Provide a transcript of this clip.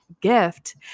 gift